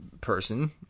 person